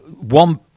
one